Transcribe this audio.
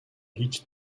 هیچ